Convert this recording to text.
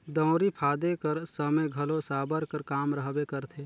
दउंरी फादे कर समे घलो साबर कर काम रहबे करथे